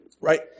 Right